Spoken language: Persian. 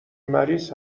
مریض